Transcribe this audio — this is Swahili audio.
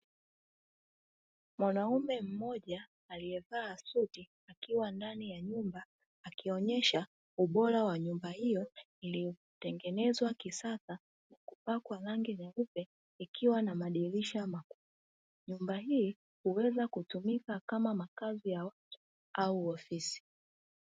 Mwanaume mmoja aliyevaa suti akiwa ndani ya nyumba akionesha ubora wa nyumba hiyo iliyotengenezwa kisasa kwa kupakiwa rangi nyeupe ikiwa na madirisha makubwa. Nyumba hii huweza kutumika kama makazi ya watu au ofisi.